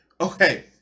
okay